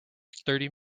thirty